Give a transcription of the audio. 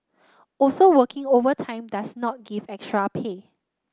also working overtime does not give extra pay